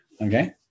Okay